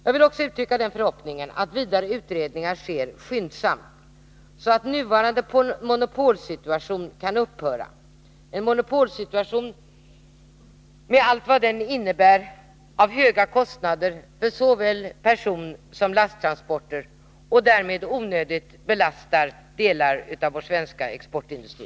Jag vill också uttrycka den förhoppningen, att vidare utredningar sker skyndsamt, så att nuvarande monopolsituation kan upphöra, en monopolsituation med allt vad den medför av höga kostnader för såväl personsom lasttransporter och därmed onödig belastning för delar av vår svenska exportindustri.